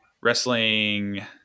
wrestling